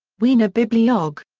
wien bibliogr.